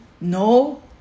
no